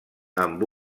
amb